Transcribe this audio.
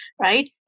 right